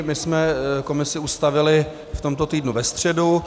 My jsme komisi ustavili v tomto týdnu ve středu.